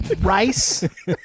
Rice